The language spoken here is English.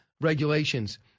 regulations